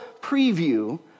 preview